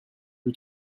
lui